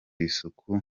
isuku